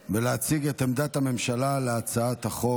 ולהציג את עמדת הממשלה על הצעת החוק.